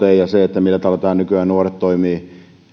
ja siitä millä tavalla nykyään nuoret toimivat